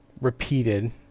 repeated